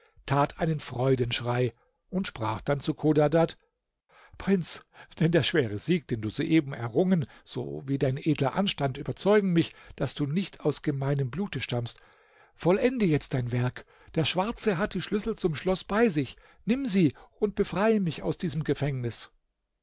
tat einen freudenschrei und sprach dann zu chodadad prinz denn der schwere sieg den du soeben errungen sowie dein edler anstand überzeugen mich daß du nicht aus gemeinem blute stammst vollende jetzt dein werk der schwarze hat die schlüssel zum schloß bei sich nimm sie und befreie mich aus diesem gefängnis